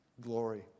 glory